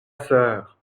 sœur